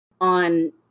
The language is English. on